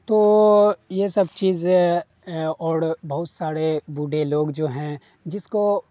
تو یہ سب چیزیں اور بہت سارے بوڑھے لوگ جو ہیں جس کو